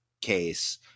case